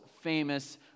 famous